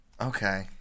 Okay